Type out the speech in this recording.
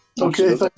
Okay